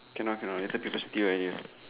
cannot cannot that's people stare at you